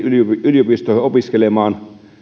yliopistoihin opiskelemaan